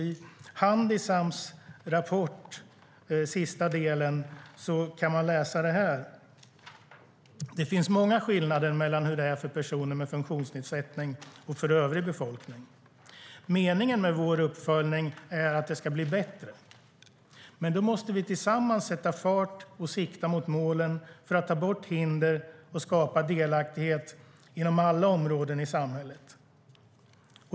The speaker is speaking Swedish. I Handisams rapport, sista delen, kan man läsa det här: Det finns många skillnader mellan hur det är för personer med funktionsnedsättning och för övrig befolkning. Meningen med vår uppföljning är att det ska bli bättre. Men då måste vi tillsammans sätta fart och sikta mot målen för att ta bort hinder och skapa delaktighet inom alla områden i samhället.